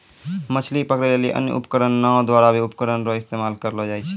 मछली पकड़ै लेली अन्य उपकरण नांव द्वारा भी उपकरण रो इस्तेमाल करलो जाय छै